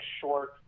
short